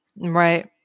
Right